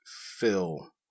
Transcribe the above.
fill